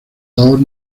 tos